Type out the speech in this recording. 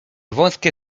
wąskie